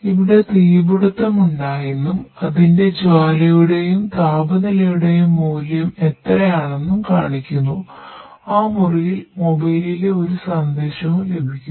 ഇവിടെ തീപിടിത്തമുണ്ടായെന്നും അതിന്റെ ജ്വാലയുടെയും താപനിലയുടെയും മൂല്യം എത്രയാണെന്നും കാണിക്കുന്നു ആ മുറിയിൽ മൊബൈലിൽ ഒരു സന്ദേശവും ലഭിക്കും